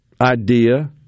idea